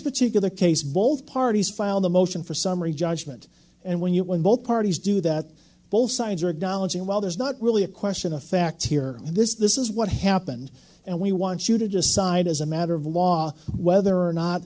particular case both parties filed a motion for summary judgment and when you win both parties do that both sides are dollars and while there's not really a question of fact here and this this is what happened and we want you to decide as a matter of law whether or not